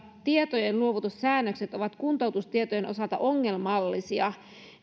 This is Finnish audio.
tietojen luovutussäännökset ovat kuntoutustietojen osalta ongelmallisia